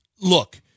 look